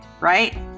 right